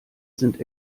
sind